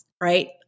right